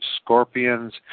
scorpions